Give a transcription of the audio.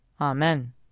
Amen